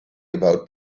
about